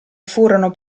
furono